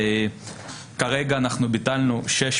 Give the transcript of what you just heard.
כרגע אנחנו ביטלנו 600